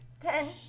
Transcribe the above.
Ten